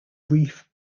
brief